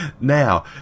Now